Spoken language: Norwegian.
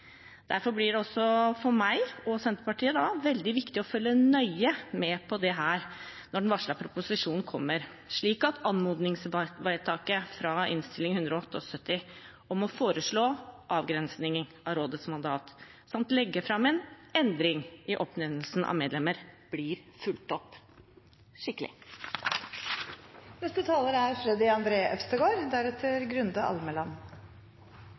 Derfor blir det også for meg og Senterpartiet veldig viktig å følge nøye med på dette når den varslede proposisjonen kommer, slik at anmodningsvedtaket fra Innst. 178 S for 2015–2016 om å foreslå avgrensing av rådets mandat samt legge fram en endring i oppnevnelsen av medlemmer, blir fulgt opp